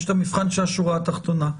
יש את המבחן של השורה התחתונה.